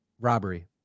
robbery